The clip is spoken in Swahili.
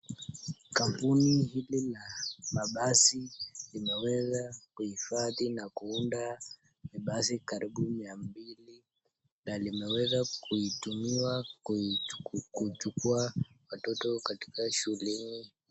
Kampuni hili la mabasi limeweza kuhifadhi na kuunda basi karibu mia mbili na yanaweza kutumiwa kuchukua watoto kutoka shuleni.